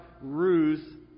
Ruth